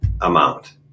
amount